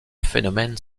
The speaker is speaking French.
phénomène